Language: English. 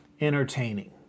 entertaining